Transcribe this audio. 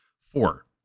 Four